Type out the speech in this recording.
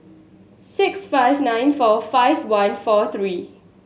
six five nine four five one four three